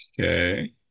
Okay